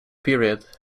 period